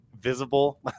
visible